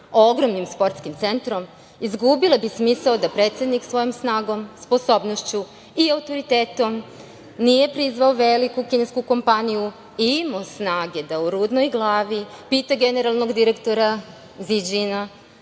ogromnim sportskim centrom, izgubile bi smisao da predsednik svojom snagom, sposobnošću i autoritetom nije prizvao veliku kinesku kompaniju i imao snage da u Rudnoj Glavi pita generalnog direktora "Ziđina"